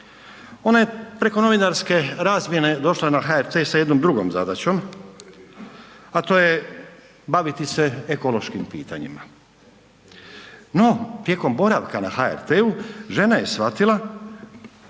ona je preko novinarske razmjene došla na HRT sa jednom drugom zadaćom, a to je baviti se ekološkim pitanjima. No tijekom boravka na HRT-u žena je shvatila